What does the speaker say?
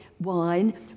wine